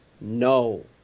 No